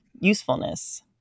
usefulness